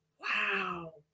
Wow